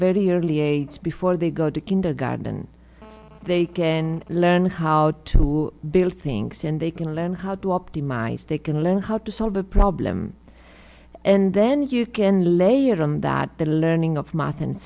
very early age before they go to kindergarten they can learn how to build things and they can learn how to optimize they can learn how to solve a problem and then you can lay it on that the learning of math and